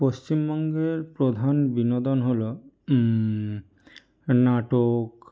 পশ্চিমবঙ্গের প্রধান বিনোদন হল নাটক